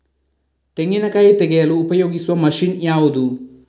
ತೆಂಗಿನಕಾಯಿ ತೆಗೆಯಲು ಉಪಯೋಗಿಸುವ ಮಷೀನ್ ಯಾವುದು?